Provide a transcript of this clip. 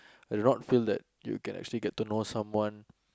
I do not feel that you can actually get to know someone